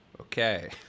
Okay